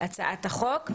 הצעת החוק.